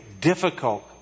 difficult